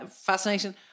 fascination